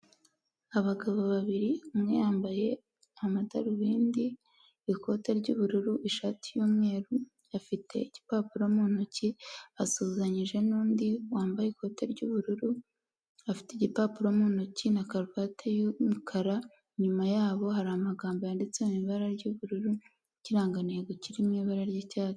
Abagabo babiri umwe yambaye amadarubindi, ikote ry'ubururu, ishati y'umweru, afite igipapuro mu ntoki asuhuzanyije n'undi wambaye ikoti ry'ubururu, afite igipapuro mu ntoki na karuvati y'umukara, inyuma yabo hari amagambo yanditse mu ibara ry'ubururu ikirangantego kiri mu ibara ry'icyatsi.